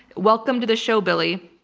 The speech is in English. welcome to the show, billie.